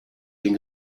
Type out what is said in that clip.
den